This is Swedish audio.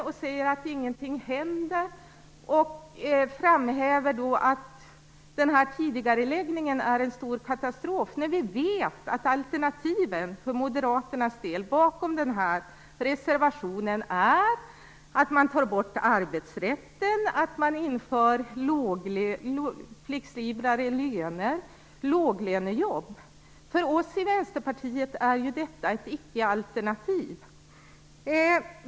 De säger att ingenting händer och framhäver att den här tidigareläggningen är en stor katastrof. Samtidigt vet vi att moderaternas alternativ i den här reservationen är att man tar bort arbetsrätten, att man inför flexiblare löner och låglönejobb. För oss i Vänsterpartiet är detta ett ickealternativ.